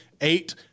Eight